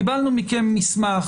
קיבלנו מכם מסמך,